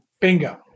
Bingo